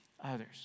others